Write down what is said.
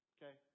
Okay